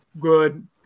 good